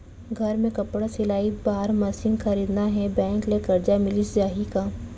घर मे कपड़ा सिलाई बार मशीन खरीदना हे बैंक ले करजा मिलिस जाही का?